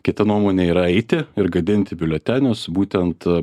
kita nuomonė yra eiti ir gadinti biuletenius būtent